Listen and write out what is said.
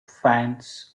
fans